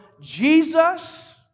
Jesus